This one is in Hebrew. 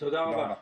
תודה רבה.